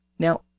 Now